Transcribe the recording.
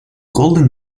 golden